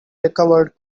recovered